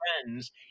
friends